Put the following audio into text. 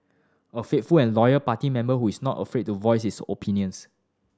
a faithful and loyal party member who is not afraid to voice his opinions